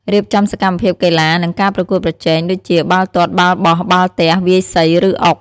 រៀបចំសកម្មភាពកីឡា និងការប្រកួតប្រជែង ដូចជា បាល់ទាត់ បាល់បោះ បាល់ទះ វាយសី ឬអុក។